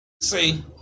See